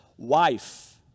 wife